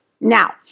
Now